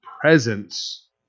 presence